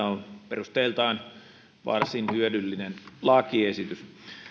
on perusteiltaan varsin hyödyllinen lakiesitys